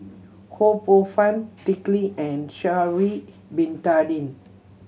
Ho Poh Fun Dick Lee and Sha'ari Bin Tadin